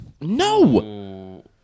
No